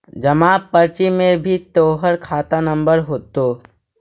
जमा पर्ची में भी तोहर खाता नंबर होतो